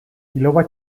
iloba